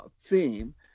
theme